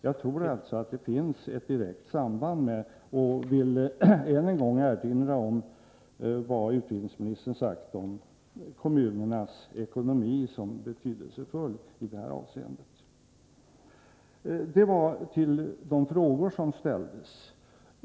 Jag tror alltså att det här finns ett direkt samband, och jag vill än en gång erinra om vad utbildningsministern sagt om att kommunernas ekonomi är betydelsefull i detta avseende. Detta med anledning av de frågor som ställdes!